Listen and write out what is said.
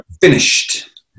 Finished